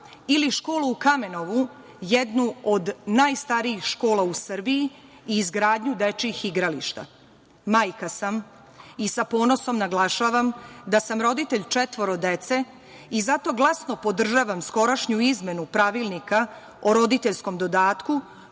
ili školu u Kamenovu jednu od najstarijih škola u Srbiji i izgradnju dečijih igrališta. Majka sam, i sa ponosom naglašavam da sam roditelj četvoro dece i zato glasno podržavam skorašnju izmenu Pravilnika o roditeljskom dodatku